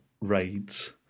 raids